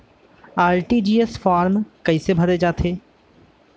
RTGS form कइसे भरे जाथे?